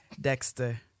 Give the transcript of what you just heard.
Dexter